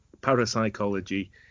parapsychology